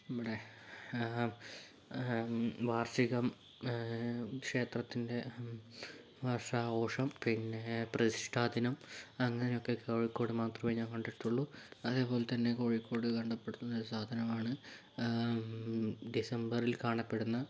നമ്മുടെ വാർഷികം ക്ഷേത്രത്തിൻ്റെ വർഷാഘോഷം പിന്നെ പ്രതിഷ്ഠാദിനം അങ്ങനെയൊക്കെ കോഴിക്കോട് മാത്രമേ ഞാൻ കണ്ടിട്ടുള്ളു അതേപോലെതന്നെ കോഴിക്കോട് കാണപ്പെടുന്ന ഒരു സാധനമാണ് ഡിസംബറിൽ കാണപ്പെടുന്ന